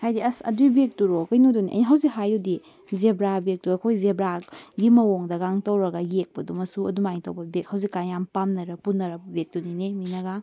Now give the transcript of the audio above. ꯍꯥꯏꯗꯤ ꯑꯁ ꯑꯗꯨ ꯕꯦꯛꯇꯨꯔꯣ ꯀꯩꯅꯣꯗꯨꯅꯦ ꯑꯩ ꯍꯧꯖꯤꯛ ꯍꯥꯏꯔꯤꯗꯨꯗꯤ ꯖꯦꯕ꯭ꯔꯥ ꯕꯦꯒꯇꯣ ꯑꯩꯈꯣꯏ ꯖꯦꯕ꯭ꯔꯥꯒꯤ ꯃꯑꯣꯡꯗꯒ ꯇꯧꯔꯒ ꯌꯦꯛꯄꯗꯣ ꯃꯆꯨ ꯑꯗꯨꯝ ꯍꯥꯏꯅ ꯇꯧꯕ ꯕꯦꯒ ꯍꯧꯖꯤꯛ ꯀꯥꯟ ꯌꯥꯝ ꯄꯥꯝꯅꯔ ꯄꯨꯅꯔꯕ ꯕꯦꯒꯇꯨꯅꯤꯅꯦ ꯃꯤꯅꯒ